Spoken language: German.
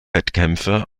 wettkämpfe